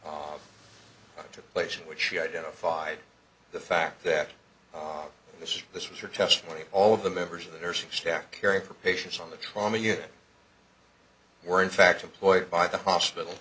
all took place in which she identified the fact that this is this was her testimony all of the members of the nursing staff caring for patients on the trauma unit were in fact employed by the hospital